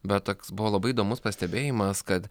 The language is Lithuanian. bet toks buvo labai įdomus pastebėjimas kad